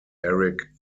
eric